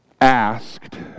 asked